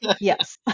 Yes